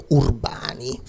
urbani